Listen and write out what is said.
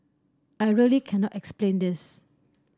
I really cannot explain this